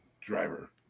driver